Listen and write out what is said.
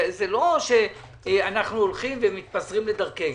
זה לא שאנחנו מתפזרים לדרכנו.